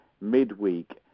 midweek